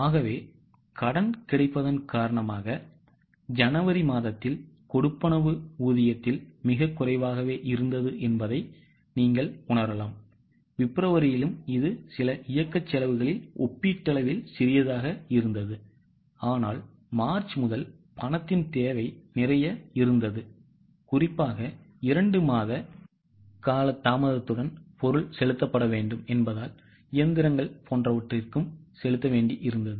ஆகவே கடன் கிடைப்பதன் காரணமாக ஜனவரி மாதத்தில் கொடுப்பனவு ஊதியத்தில் மிகக் குறைவாகவே இருந்தது என்பதை நீங்கள் உணரலாம் பிப்ரவரியிலும் இது சில இயக்கச் செலவுகளில் ஒப்பீட்டளவில் சிறியதாக இருந்தது ஆனால் மார்ச் முதல் பணத்தின் தேவை நிறைய இருந்தது குறிப்பாக 2 மாத கால தாமதத்துடன் பொருள் செலுத்தப்பட வேண்டும் என்பதால் இயந்திரங்கள் போன்றவற்றுக்கும் செலுத்த வேண்டியிருந்தது